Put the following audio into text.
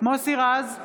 מוסי רז,